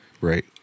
right